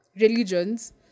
religions